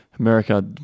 America